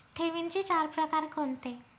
ठेवींचे चार प्रकार कोणते?